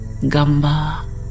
Gamba